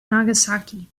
nagasaki